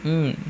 mm